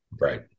Right